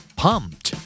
pumped